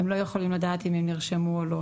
הם לא יכולים לדעת אם הם נרשמו או לא,